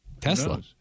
Tesla